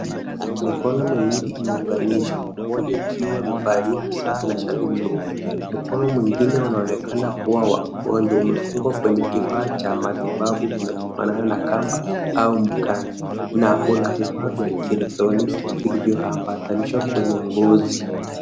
Mikono miwili ime unganishwa. Moja ikiwa ni valia saa na shati jeupe. Mkono mwingine unaonekana kuwa wa mgonjwa umefungwa kwenye kifaa cha matibabu kinacho fanana na kamba au mkanda, na unavifaa vya kielektroniki vilivyo ambatanishwa kwenye ngozi.